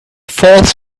false